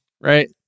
Right